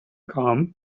come